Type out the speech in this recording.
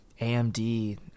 AMD